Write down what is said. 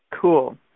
Cool